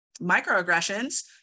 microaggressions